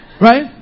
Right